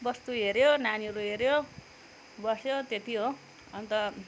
बस्तु हेऱ्यो नानीहरू हेऱ्यो बस्यो त्यति हो अन्त